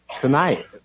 Tonight